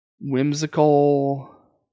whimsical